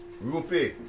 rupee